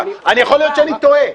יכול להיות שאני טועה,